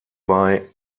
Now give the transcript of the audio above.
bei